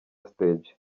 stage